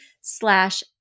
slash